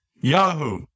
Yahoo